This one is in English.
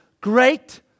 great